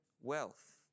wealth